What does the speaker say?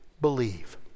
believe